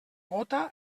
gota